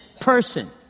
person